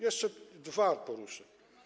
Jeszcze dwa poruszę.